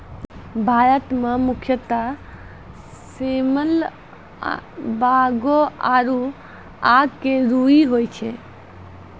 भारत मं मुख्यतः सेमल, बांगो आरो आक के रूई होय छै